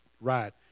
right